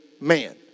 man